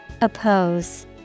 Oppose